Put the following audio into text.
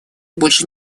больше